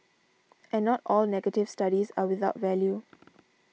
and not all negative studies are without value